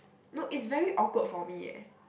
no it's very awkward for me eh